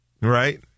Right